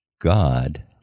God